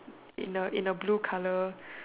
in a in a blue colour